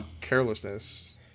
carelessness